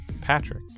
Patrick